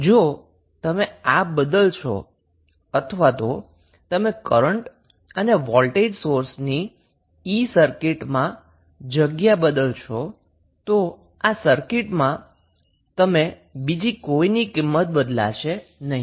તો જો તમે આ બદલશો અથવા તમે કરન્ટ અને વોલ્ટેજ સોર્સ E ની સર્કિટમાં જગ્યા બદલશો તો આ સર્કિટમાં તમે બીજી કોઈની કિંમત બદલશે નહી